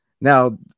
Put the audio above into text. Now